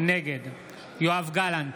נגד יואב גלנט,